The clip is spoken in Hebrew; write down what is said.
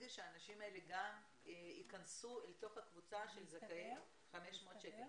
שהאנשים האלה גם ייכנסו לתוך הקבוצה של זכאי 500 שקל.